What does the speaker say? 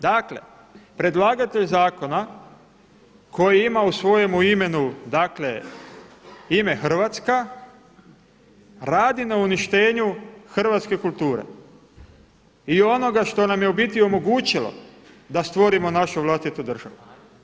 Dakle predlagatelj zakona koji ima u svojem imenu dakle ime Hrvatska radi na uništenju hrvatske kulture i onoga što nam je u biti omogućilo da stvorimo našu vlastitu državu.